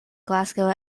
glasgow